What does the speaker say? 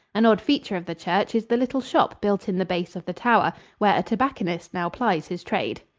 an odd feature of the church is the little shop built in the base of the tower, where a tobacconist now plies his trade.